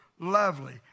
Lovely